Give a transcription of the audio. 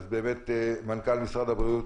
אז מנכ"ל משרד הבריאות,